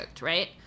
right